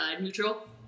neutral